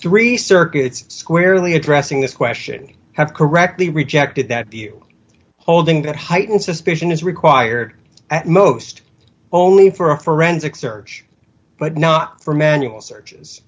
three circuits squarely addressing this question have correctly rejected that the holding that heightened suspicion is required at most only for a forensic search but not for manual searches